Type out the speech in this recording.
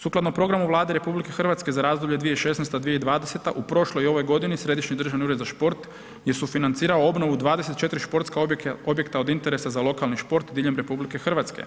Sukladno Programu Vlade RH za razdoblje 2016.-2020. u prošloj i ovoj godini, Središnji državni ured za šport je sufinancirao obnovu 24 športska objekta od interesa za lokalni šport diljem RH.